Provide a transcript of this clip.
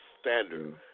standard